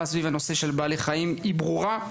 סביב הנושא של בעלי חיים היא ברורה,